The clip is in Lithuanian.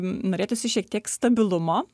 norėtųsi šiek tiek stabilumo